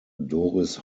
doris